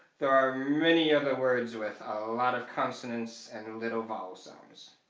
there are many other words with a lot of consonants and little vowel sounds.